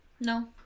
No